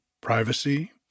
privacy